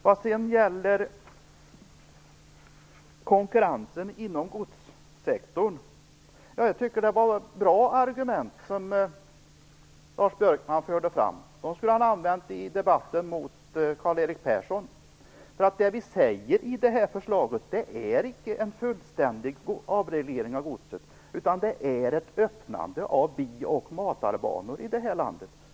Vad gäller konkurrensen inom godssektorn, tycker jag att det var bra argument som Lars Björkman förde fram. De skulle han ha använt i debatten med Karl Erik Persson. Det vi säger i det här förslaget är icke en fullständig avreglering av godstrafiken, utan det är ett öppnande av bi och matarbanor i det här landet.